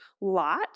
lot